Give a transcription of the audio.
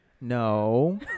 no